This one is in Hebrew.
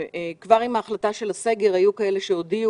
כבר עם ההחלטה על הסגר היו מי שהודיעו,